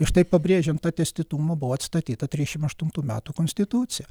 ir štai pabrėžiant tą tęstitumą buvo atstatyta trisdešimt aštuntų metų konstitucija